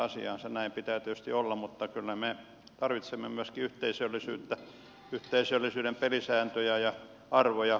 näin pitää tietysti olla mutta kyllä me tarvitsemme myöskin yhteisöllisyyttä yhteisöllisyyden pelisääntöjä ja arvoja